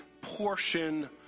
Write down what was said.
portion